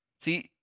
See